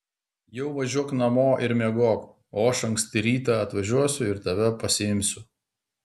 jau važiuok namo ir miegok o aš anksti rytą atvažiuosiu ir tave pasiimsiu